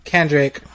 Kendrick